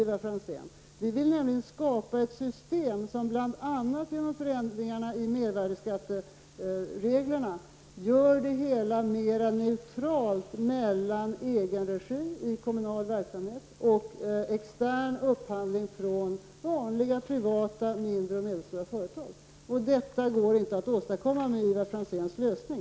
Vi vill nämligen skapa ett system, bl.a. genom förändringar i mervärdeskattereglerna, som är mera neutralt till valet mellan egenregi i kommunal verksamhet och extern upphandling från vanliga, privata mindre och medelstora företag. Detta går tyvärr inte att åstadkomma med Ivar Franzéns lösning.